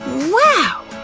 wow!